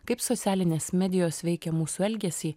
kaip socialinės medijos veikia mūsų elgesį